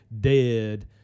dead